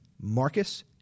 Marcus